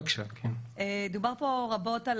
דובר פה רבות על